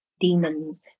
demons